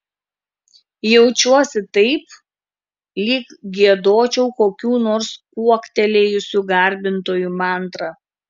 jaučiuosi taip lyg giedočiau kokių nors kuoktelėjusių garbintojų mantrą